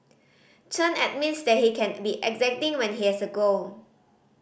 Chen admits that he can be exacting when he has a goal